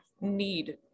need